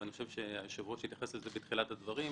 ואני חושב שהיושב-ראש התייחס לזה בתחילת הדברים,